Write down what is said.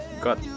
got